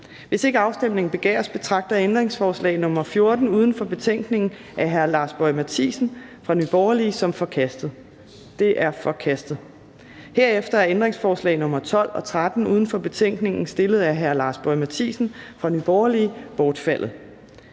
Hvis ikke afstemning begæres, betragter jeg ændringsforslag nr. 14 uden for betænkningen af Lars Boje Mathiesen (NB) som forkastet. Det er forkastet. Herefter er ændringsforslag nr. 12 og 13 uden for betænkningen, stillet af Lars Boje Mathiesen (NB), bortfaldet.